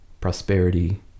prosperity